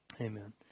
Amen